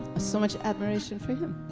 so much admiration for him.